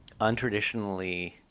untraditionally